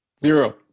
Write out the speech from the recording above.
Zero